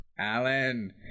Alan